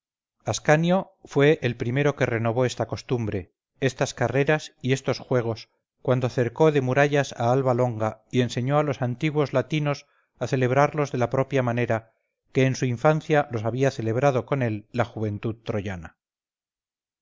ascanio fue el primero que renovó esta costumbre estas carreras y estos juegos cuando cercó de murallas a alba longa y enseñó a los antiguos latinos a celebrarlos de la propia manera que en su infancia los había celebrado con él la juventud troyana